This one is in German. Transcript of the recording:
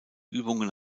übungen